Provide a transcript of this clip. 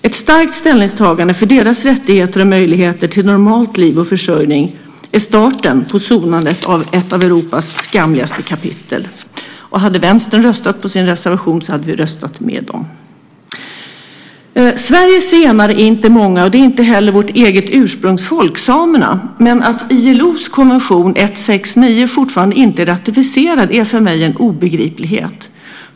Ett starkt ställningstagande för deras rättigheter och möjligheter till normalt liv och försörjning är starten på sonandet av ett av Europas skamligaste kapitel. Och om Vänstern hade yrkat bifall till sin reservation hade vi gjort detsamma. Sveriges zigenare är inte så många, och det är inte heller samerna, vårt eget ursprungsfolk. Men att ILO:s konvention 169 fortfarande inte är ratificerad är för mig en obegriplighet.